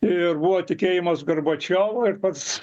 ir buvo tikėjimas gorbačiovu ir pats